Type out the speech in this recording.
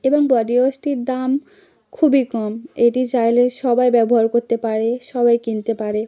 এবং বডি ওয়াশটির দাম খুবই কম এটি চাইলে সবাই ব্যবহার করতে পারে সবাই কিনতে পারে